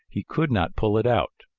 he could not pull it out.